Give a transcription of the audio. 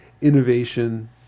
innovation